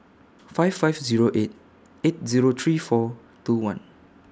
five five Zero eight eight Zero three four two one